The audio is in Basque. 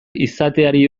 izateari